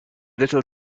little